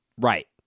Right